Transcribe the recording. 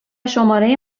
شماره